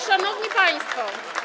Szanowni Państwo!